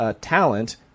talent